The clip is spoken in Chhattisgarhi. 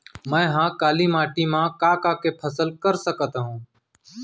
मै ह काली माटी मा का का के फसल कर सकत हव?